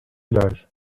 village